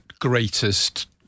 greatest